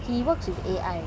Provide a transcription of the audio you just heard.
!wah!